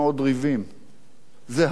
זה המון ויכוחים עם גדעון,